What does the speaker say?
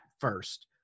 first